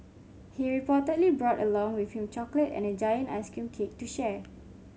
he reportedly brought along with him chocolate and a giant ice cream cake to share